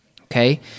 Okay